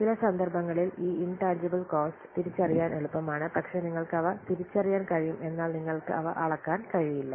ചില സന്ദർഭങ്ങളിൽ ഈ ഇൻട്ടാജിബിൽ കോസ്റ്റ് തിരിച്ചറിയാൻ എളുപ്പമാണ് പക്ഷേ നിങ്ങൾക്ക് അവ തിരിച്ചറിയാൻ കഴിയും എന്നാൽ നിങ്ങൾക്ക് അവ അളക്കാൻ കഴിയില്ല